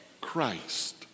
Christ